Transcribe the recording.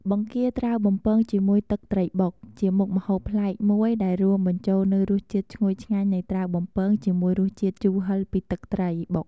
បង្គាត្រាវបំពងជាមួយទឹកត្រីបុក ជាមុខម្ហូបប្លែកមួយដែលរួមបញ្ចូលនូវរសជាតិឈ្ងុយឆ្ងាញ់នៃត្រាវបំពង ជាមួយរសជាតិជូរហឹរពីទឹកត្រីបុក។